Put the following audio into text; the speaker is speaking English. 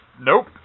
Nope